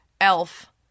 Elf